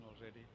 already